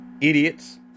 idiots